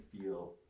feel